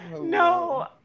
no